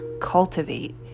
cultivate